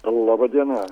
laba diena